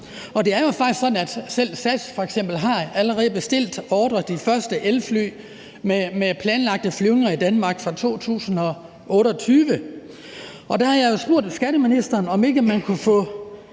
Det er jo faktisk sådan, at selv SAS f.eks. allerede har bestilt de første elfly med planlagte flyvninger i Danmark fra 2028. Der har jeg jo spurgt skatteministeren, om ikke man kunne få